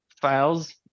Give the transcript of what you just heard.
files